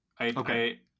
Okay